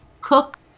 Cook